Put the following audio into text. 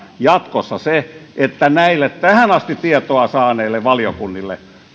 se että näille tähän asti tietoa saaneille valiokunnille